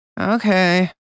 Okay